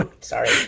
Sorry